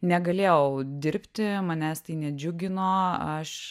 negalėjau dirbti manęs tai nedžiugino aš